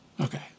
Okay